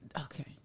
okay